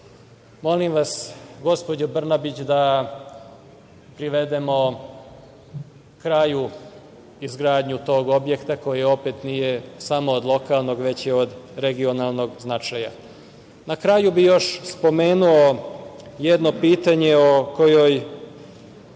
molim vas, gospođo Brnabić, da privedemo kraju izgradnju tog objekta, koji opet nije samo od lokalnog, već i od regionalnog značaja. Na kraju bih još spomenuo jedno pitanje o kojem